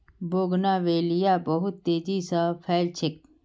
bougainvillea बहुत तेजी स फैल छेक